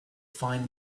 find